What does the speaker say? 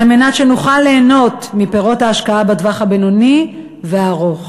כדי שנוכל ליהנות מפירות ההשקעה בטווח הבינוני והארוך.